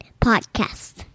Podcast